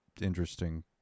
interesting